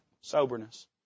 Soberness